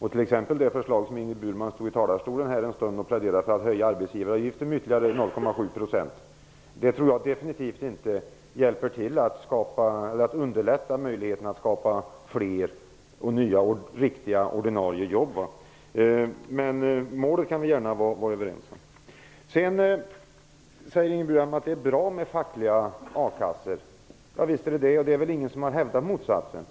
0,7 %, som Ingrid Burman stod i talarstolen och pläderade för, hjälper definitivt inte till att underlätta möjligheterna att skapa fler, nya, riktiga och ordinarie jobb. Men målet kan vi gärna vara överens om. Ingrid Burman sade att det var bra med fackliga akassor. Visst är det så, och det är väl ingen som har hävdat motsatsen.